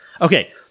Okay